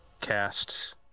cast